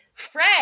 Fred